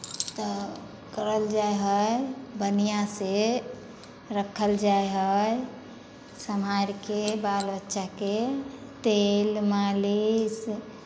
तऽ करल जाइ हइ बढ़िआँसँ राखल जाइ हइ सम्हारि कऽ बाल बच्चाकेँ तेल मालिश